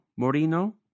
Morino